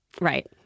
Right